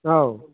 औ